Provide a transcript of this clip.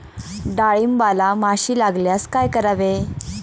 डाळींबाला माशी लागल्यास काय करावे?